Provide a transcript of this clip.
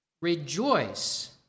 rejoice